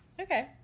Okay